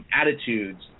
attitudes